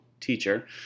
teacher